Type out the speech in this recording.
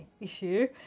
issue